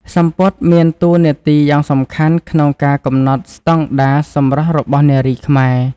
សំពត់មានតួនាទីយ៉ាងសំខាន់ក្នុងការកំណត់ស្តង់ដារសម្រស់របស់នារីខ្មែរ។